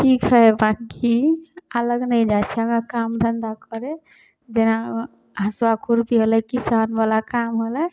ठीक हइ बाँकि अलग नहि जाइ छै हमे काम धन्धा करै जेना हँसुआ खुरपी होलै किसानवला काम होलै